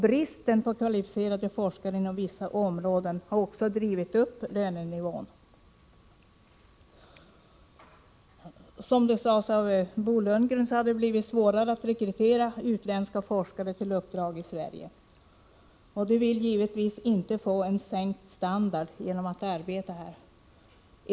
Bristen på kvalificerade forskare inom vissa områden har också drivit upp lönenivån. Som Bo Lundgren sade har det blivit svårare att rekrytera utländska forskare till uppdrag i Sverige. De vill givetvis inte få en sänkt standard genom att arbeta här.